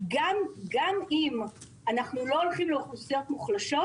גם אם אנחנו לא הולכים לאוכלוסיות מוחלשות,